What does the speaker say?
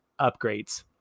upgrades